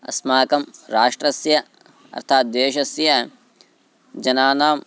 अस्माकं राष्ट्रस्य अर्थाद् देशस्य जनानाम्